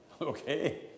Okay